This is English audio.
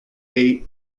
eight